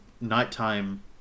nighttime